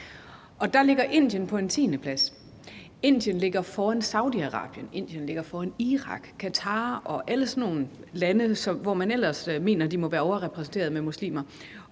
og der ligger Indien på en tiendeplads. Indien ligger før Saudi-Arabien, Irak, Qatar og alle sådan nogle lande, som man ellers mener må have en overrepræsentation af muslimer.